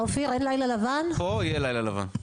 פה יהיה לילה לבן.